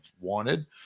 wanted